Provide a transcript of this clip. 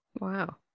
Wow